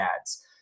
ads